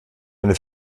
eine